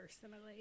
personally